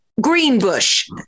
Greenbush